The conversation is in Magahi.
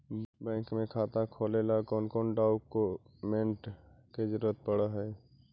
बैंक में खाता खोले ल कौन कौन डाउकमेंट के जरूरत पड़ है?